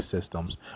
systems